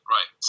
Right